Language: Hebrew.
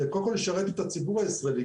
זה קודם כל ישרת את הציבור הישראלי,